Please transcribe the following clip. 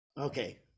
Okay